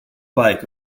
bike